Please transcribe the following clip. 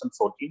2014